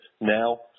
now